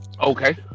Okay